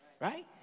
right